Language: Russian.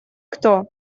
кто